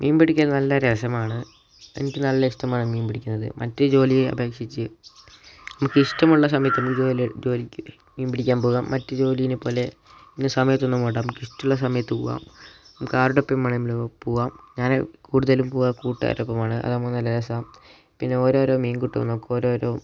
മീൻ പിടിക്കാൻ നല്ല രസമാണ് എനിക്ക് നല്ല ഇഷ്ടമാണ് മീൻ പിടിക്കുന്നത് മറ്റ് ജോലിയെ അപേക്ഷിച്ചു നമ്മൾക്ക് ഇഷ്ട്ടമുള്ള സമയത്ത് നമുക്ക് വല്ല ജോലിക്ക് മീൻ പിടിക്കാൻ പോകാം മറ്റ് ജോലിയെ പോലെ ഇന്ന സമയത്തൊന്നും പോകണ്ട നമുക്ക് ഇഷ്ടമുള്ള സമയത്ത് പോവാം നമുക്ക് അവരോടൊപ്പം വേണമെങ്കിൽ പോവാം ഞാൻ കൂടുതലും പോവുക കൂട്ടാരോടൊപ്പമാണ് അതാവുമ്പോൾ നല്ല രസം പിന്നെ ഓരോരോ മീൻകൂട്ടവും നമുക്ക് ഓരോരോ